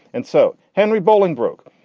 and so henry bolingbroke,